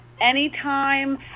anytime